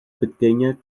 pequeña